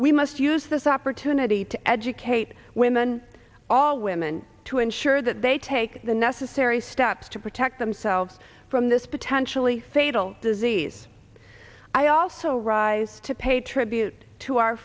we must use this opportunity to educate women all women to ensure that they take the necessary steps to protect themselves from this potentially fatal disease i also rise to pay tribute to our